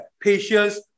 patience